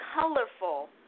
colorful